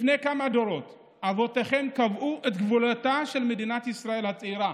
לפני כמה דורות אבותיכם קבעו את גבולה של מדינת ישראל הצעירה,